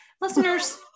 listeners